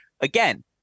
again –